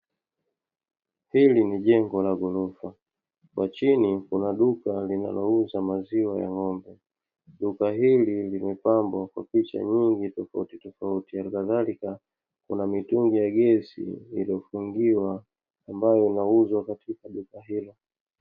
Hili ni jengo la ghorofa, kwa chini kuna duka linalouza maziwa ya ngombe. Duka hili limepambwa kwa picha nyingi tofautofauti, halikadhalika kuna mitungi ya gesi iliyofungiwa ambayo inauzwa katika duka hili .